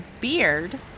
Beard